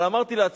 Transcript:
אבל אמרתי לעצמי,